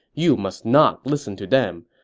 you must not listen to them.